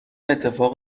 اتفاق